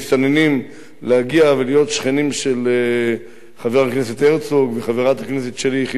להגיע ולהיות שכנים של חבר הכנסת הרצוג וחברת הכנסת שלי יחימוביץ,